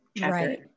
Right